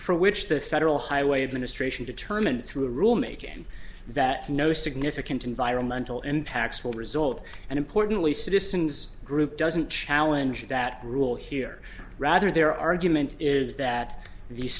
for which the federal highway administration determined through rulemaking that no significant environmental impacts will result and importantly citizens group doesn't challenge that rule here rather their argument is that the